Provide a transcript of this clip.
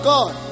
God